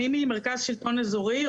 אני ממרכז שלטון אזורי,